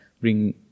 bring